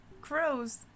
Crows